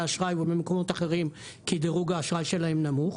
האשראי ובמקומות אחרים כי דירוג האשראי שלהן נמוך.